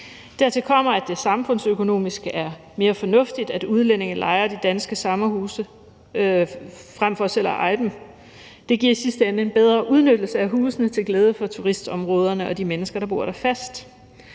Dertil kommer, at det samfundsøkonomisk er mere fornuftigt, at udlændinge lejer de danske sommerhuse frem for selv at eje dem. Det giver i sidste ende en bedre udnyttelse af husene til glæde for turistområderne og de mennesker, der bor der fast.